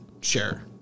share